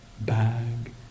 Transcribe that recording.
bag